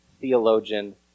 theologian